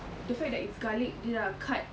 the fact that it's garlic dia dah cut